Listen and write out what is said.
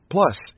Plus